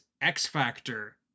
X-Factor